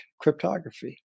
cryptography